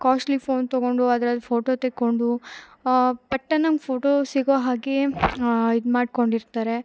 costly phone ತಗೊಂಡು ಅದ್ರಲ್ಲಿ photo ತೆಕ್ಕೊಂಡು ಪಟ್ಟನಂಗೆ ಫೋಟೊ ಸಿಗೊ ಹಾಗೆ ಇದು ಮಾಡಿಕೊಂಡಿರ್ತಾರೆ